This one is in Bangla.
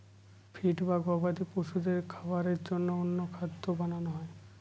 ফিড বা গবাদি পশুদের খাবারের জন্য অন্য খাদ্য বানানো হয়